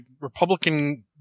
Republican